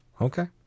Okay